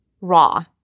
Raw